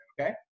okay